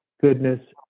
goodness